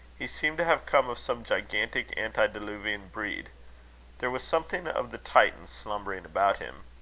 he seemed to have come of some gigantic antediluvian breed there was something of the titan slumbering about him.